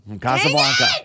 Casablanca